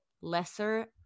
lesser